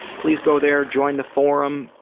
please go there, join the forum,